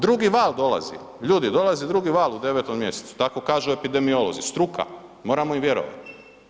Drugi val dolazi, ljudi dolazi drugi val u 9. mjesecu, tako kažu epidemiolozi, struka, moramo im vjerovati.